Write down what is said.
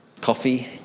coffee